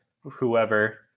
whoever